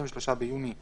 (23 ביוני 2020)